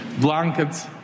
Blankets